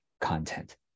content